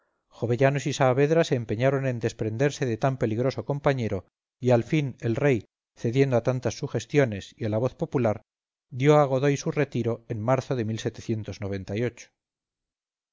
favorito jovellanos y saavedra se empeñaron en desprenderse de tan peligroso compañero y al fin el rey cediendo a tantas sugestiones y a la voz popular dio a godoy su retiro en marzo de